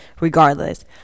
regardless